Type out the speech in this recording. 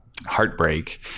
heartbreak